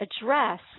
address